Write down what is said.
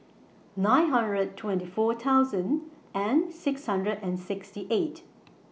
nine hundred twenty four thousand and six hundred and sixty eight